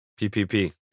PPP